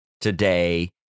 today